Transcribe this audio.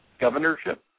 governorship